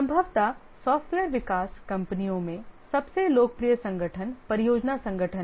संभवतः सॉफ्टवेयर विकास कंपनियों में सबसे लोकप्रिय संगठन परियोजना संगठन है